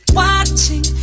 watching